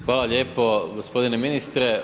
Hvala lijepo gospodine ministre.